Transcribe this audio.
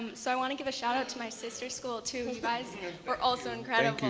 and so i want to give a shout-out to my sister school too. and you guys were also incredible.